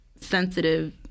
sensitive